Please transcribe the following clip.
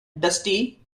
dusty